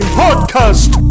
podcast